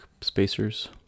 spacers